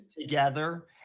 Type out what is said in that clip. together